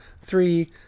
three